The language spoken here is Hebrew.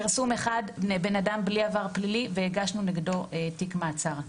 זה אדם בלי עבר פלילי והגשנו נגדו תיק מעצר.